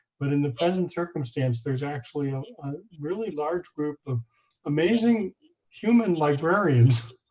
but in the present circumstance, there's actually a really large group of amazing human librarians